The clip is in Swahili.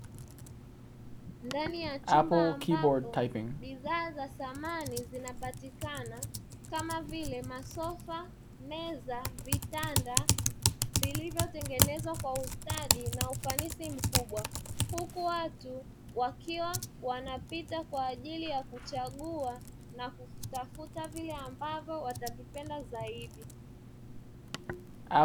Ndani ya chumba ambapo bidhaa za samani zinapatikana kama vile: masofa, meza, vitanda; vilivyotengenezwa kwa ustadi na ufanisi mkubwa, huku watu wakiwa wanapita kwa ajili ya kuchagua na kutafuta vile ambavyo watavipenda zaidi.